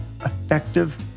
effective